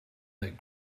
that